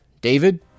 David